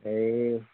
এই